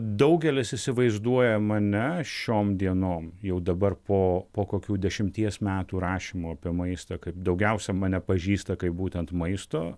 daugelis įsivaizduoja mane šiom dienom jau dabar po po kokių dešimties metų rašymo apie maistą kaip daugiausia mane pažįsta kaip būtent maisto